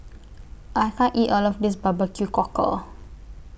I can't eat All of This B B Q Cockle